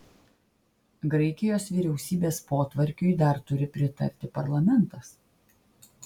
graikijos vyriausybės potvarkiui dar turi pritarti parlamentas